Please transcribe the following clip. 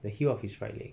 the heel of his right leg